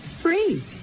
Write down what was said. Free